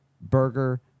burger